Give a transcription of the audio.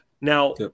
Now